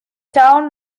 town